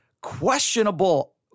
questionable